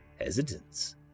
hesitance